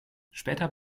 später